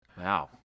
Wow